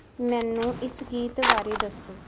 ਮੈਨੂੰ ਇਸ ਗੀਤ ਬਾਰੇ ਦੱਸੋ